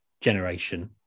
generation